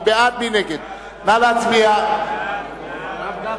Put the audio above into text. ההחלטה בדבר